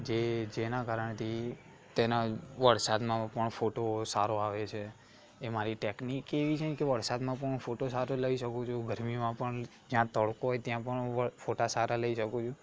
જે જેના કારણથી તેના વરસાદમાં પણ ફોટો સારો આવે છે એ મારી ટેકનીક એવી છે ને કે વરસાદમાં પણ હું ફોટો સારો લઈ શકું છું ગરમીમાં પણ જ્યાં તડકો હોય ત્યાં પણ હું ફોટા સારા લઈ શકું છું